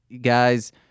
guys